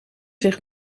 zich